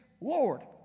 Lord